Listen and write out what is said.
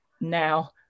now